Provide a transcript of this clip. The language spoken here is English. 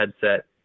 headset